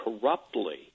corruptly